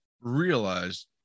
realized